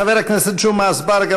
חבר הכנסת ג'מעה אזברגה,